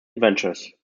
adventures